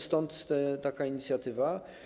Stąd taka inicjatywa.